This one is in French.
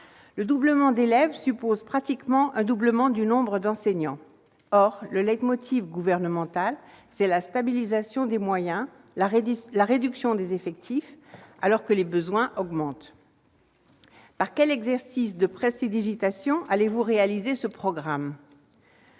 du nombre d'élèves suppose pratiquement un doublement du nombre d'enseignants. Or le gouvernemental, c'est la stabilisation des moyens et la réduction des effectifs, alors que les besoins augmentent. Par quel exercice de prestidigitation allez-vous réaliser ce programme ?